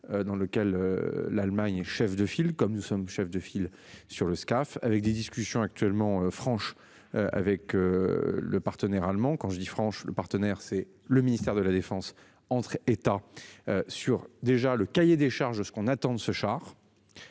dans lequel l'Allemagne et chef de file comme nous sommes, chef de file sur le SCAF avec des discussions actuellement franche avec. Le partenaire allemand, quand je dis franche le partenaire, c'est le ministère de la Défense entre États. Sur déjà le cahier des charges de ce qu'on attend de ce char.